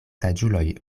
saĝuloj